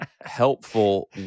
helpful